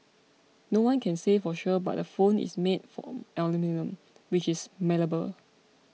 no one can say for sure but the phone is made from aluminium which is malleable